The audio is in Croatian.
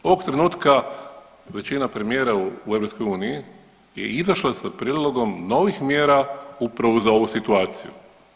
Ovog trenutka većina premijera u EU je izašla sa prijedlogom novih mjera upravo za ovu situaciju.